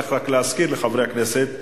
צריך רק להזכיר לחברי הכנסת,